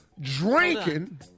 drinking